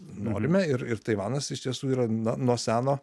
norime ir ir taivanas iš tiesų yra na nuo seno